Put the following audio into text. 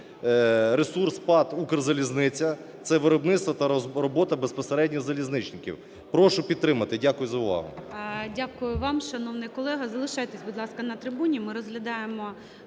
ресурс ПАТ "Укрзалізниця", це виробництво та робота безпосередньо залізничників. Прошу підтримати, дякую за увагу.